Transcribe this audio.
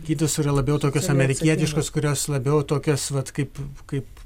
kitos yra labiau tokios amerikietiškos kurios labiau tokios vat kaip kaip